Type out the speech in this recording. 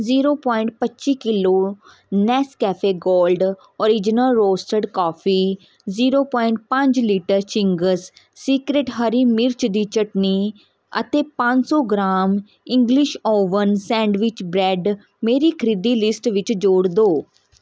zero point ਪੱਚੀ kilo Nescafe gold original roasted coffee zero point ਪੰਜ litre Ching's secret ਹਰੀ ਮਿਰਚ ਦੀ ਚਟਣੀ ਅਤੇ ਪੰਜ ਸੌ gram English oven sandwich bread ਮੇਰੀ ਖਰੀਦੀ ਲਿਸਟ ਵਿੱਚ ਜੋੜ ਦਿਉ